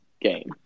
Game